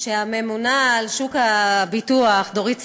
שהממונה על שוק הביטוח, דורית סלינגר,